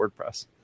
WordPress